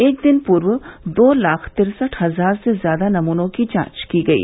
एक दिन पूर्व दो लाख तिरसठ हजार से ज्यादा नमूनों की जांच की गयी